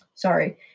Sorry